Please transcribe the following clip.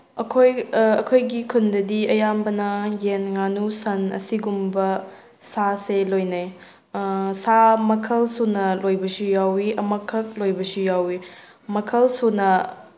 ꯑꯩꯈꯣꯏ ꯑꯩꯈꯣꯏꯒꯤ ꯈꯨꯟꯗꯗꯤ ꯑꯌꯥꯝꯕꯅ ꯌꯦꯟ ꯉꯥꯅꯨ ꯁꯟ ꯑꯁꯤꯒꯨꯝꯕ ꯁꯥꯁꯦ ꯂꯣꯏꯅꯩ ꯁꯥ ꯃꯈꯜ ꯁꯨꯅ ꯂꯣꯏꯕꯁꯨ ꯌꯥꯎꯏ ꯑꯃꯈꯛ ꯂꯣꯏꯕꯁꯨ ꯌꯥꯎꯏ ꯃꯈꯜꯁꯨꯅ